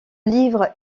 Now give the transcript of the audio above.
livre